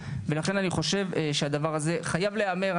ולכן אני חושב שהדבר הזה חייב להיאמר.